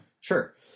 Sure